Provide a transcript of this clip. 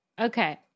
Okay